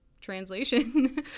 translation